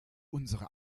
unsere